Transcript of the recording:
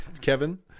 Kevin